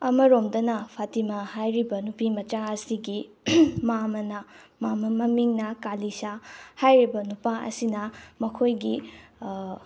ꯑꯃꯔꯣꯝꯗꯅ ꯐꯇꯤꯃꯥ ꯍꯥꯏꯔꯤꯕ ꯅꯨꯄꯤ ꯃꯆꯥ ꯑꯁꯤꯒꯤ ꯃꯥꯃꯅ ꯃꯥꯃ ꯃꯃꯤꯡꯅ ꯀꯥꯂꯤꯁꯥ ꯍꯥꯏꯔꯤꯕ ꯅꯨꯄꯥ ꯑꯁꯤꯅ ꯃꯈꯣꯏꯒꯤ